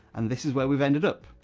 and this is where we've ended up,